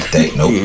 Nope